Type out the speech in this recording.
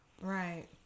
Right